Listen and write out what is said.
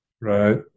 right